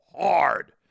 hard